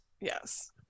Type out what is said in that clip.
Yes